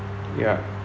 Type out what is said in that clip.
ya